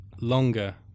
longer